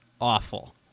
awful